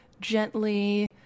gently